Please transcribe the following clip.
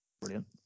brilliant